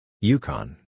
Yukon